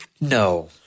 No